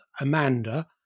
amanda